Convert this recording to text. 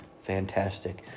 fantastic